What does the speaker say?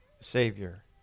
Savior